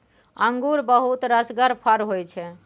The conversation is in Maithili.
अंगुर बहुत रसगर फर होइ छै